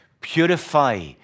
Purify